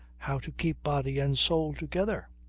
how to keep body and soul together?